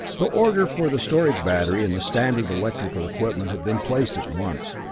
the order for the storage battery and the standard electrical equipment had been placed at once.